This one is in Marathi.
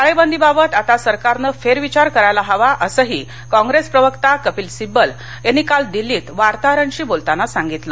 टाळेबंदी बाबत आता सरकारनं फेरविचार करायला हवा असंही कॉप्रेस प्रवक्ता कपील सिब्बल यांनी काल दिल्लीत वार्ताहरांशी बोलताना सांगितलं